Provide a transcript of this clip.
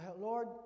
Lord